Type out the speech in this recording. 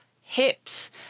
hips